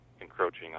encroaching